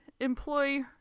employ